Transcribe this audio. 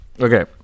Okay